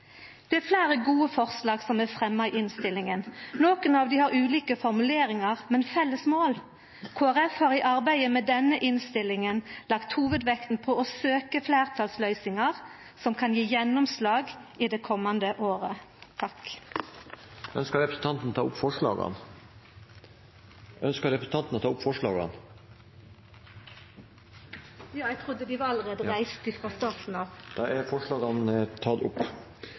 Det er fleire gode forslag som er fremja i innstillinga. Nokre av dei har ulike formuleringar, men felles mål. Kristeleg Folkeparti har i arbeidet med denne innstillinga lagt hovudvekta på å søkja fleirtalsløysingar som kan gje gjennomslag i det komande året. Ønsker representanten å ta opp forslag? Eg trudde dei var tekne opp allereie. Men det står att å ta opp forslag nr. 3, frå